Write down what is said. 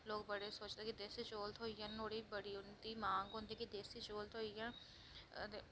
लोग बड़े सोचदे की देसी चौल थ्होई जान लोह्ड़ी उप्पर उंदी मांग होंदी कि देसी चौल अदे